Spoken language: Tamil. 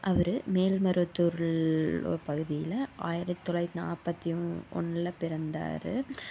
அவர் மேல்மருவத்தூர் உள்ள பகுதியில் ஆயிரத்தி தொள்ளாயிரத்தி நாற்பத்தி ஒன்னில் பிறந்தார்